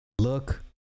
look